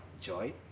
joy